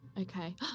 Okay